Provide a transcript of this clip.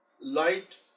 light